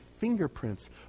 fingerprints